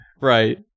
Right